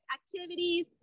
activities